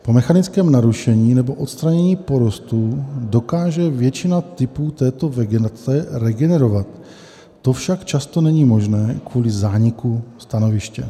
Po mechanickém narušení nebo odstranění porostů dokáže většina typů této vegetace regenerovat, to však často není možné kvůli zániku stanoviště.